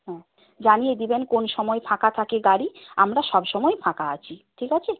জানিয়ে দেবেন কোন সময় ফাঁকা থাকে গাড়ি আমরা সবসময়ই ফাঁকা আছি ঠিক আছে